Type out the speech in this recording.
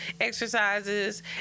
exercises